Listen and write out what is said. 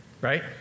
right